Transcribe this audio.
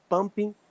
Pumping